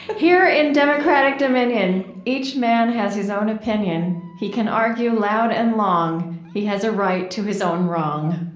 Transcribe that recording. here in democrat dominion, each man has his own opinion. he can argue loud and long he has a right to his own wrong.